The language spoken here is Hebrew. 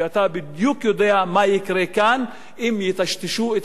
ואתה בדיוק יודע מה יקרה כאן אם יטשטשו את